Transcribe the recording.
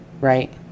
right